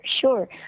sure